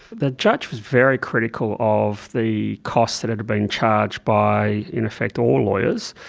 the judge was very critical of the costs that had been charged by in effect all lawyers.